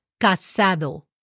casado